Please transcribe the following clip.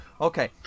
Okay